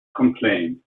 complain